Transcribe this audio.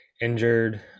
injured